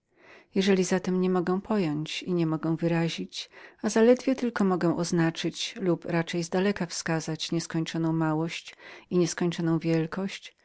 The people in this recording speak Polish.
jeżeli zatem nie mogę pojąć nie mogę wyrazić ale zaledwie tylko mogę oznaczyć lub raczej zdaleka wskazać nieskończoną małość i nieskończoną wielkość